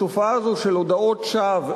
התופעה הזאת של הודאות שווא,